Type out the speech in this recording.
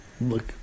look